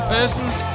Persons